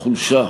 החולשה,